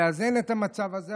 לאזן את המצב הזה,